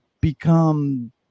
become